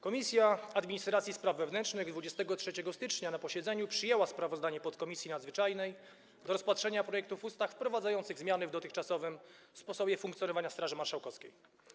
Komisja Administracji i Spraw Wewnętrznych 23 stycznia na posiedzeniu przyjęła sprawozdanie podkomisji nadzwyczajnej do rozpatrzenia projektów ustaw wprowadzających zmiany w dotychczasowym sposobie funkcjonowania Straży Marszałkowskiej.